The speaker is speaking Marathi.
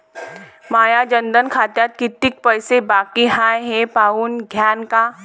माया जनधन खात्यात कितीक पैसे बाकी हाय हे पाहून द्यान का?